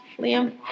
Liam